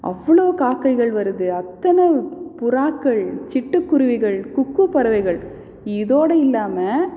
அவ்வளோ காக்கைகள் வருது அத்தனை புறாக்கள் சிட்டுக்குருவிகள் குக்கூ பறவைகள் இதோடு இல்லாமல்